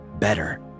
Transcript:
better